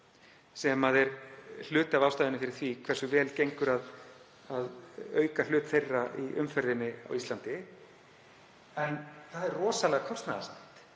sem er hluti af ástæðunni fyrir því hversu vel gengur að auka hlut þeirra í umferðinni á Íslandi. En það er rosalega kostnaðarsamt.